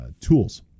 tools